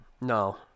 No